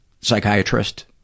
psychiatrist